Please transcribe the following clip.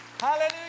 Hallelujah